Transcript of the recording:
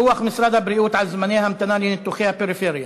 דוח משרד הבריאות על זמני המתנה לניתוחים בפריפריה: